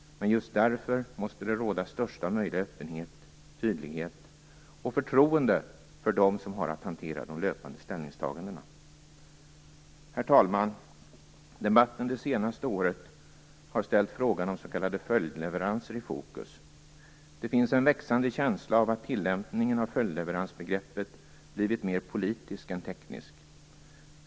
Men just därför måste det råda största möjliga öppenhet, tydlighet och förtroende för dem som har att hantera de löpande ställningstagandena. Herr talman! Debatten det senaste året har ställt frågan om s.k. följdleveranser i fokus. Det finns en växande känsla av att tillämpningen av följdleveransbegreppet blivit mer politisk än teknisk.